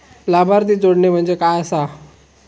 लाभार्थी जोडणे म्हणजे काय आसा?